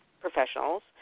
professionals